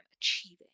achieving